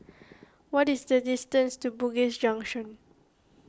what is the distance to Bugis Junction